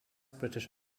british